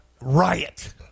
riot